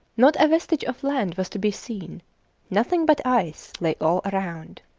not a vestige of land was to be seen nothing but ice lay all around.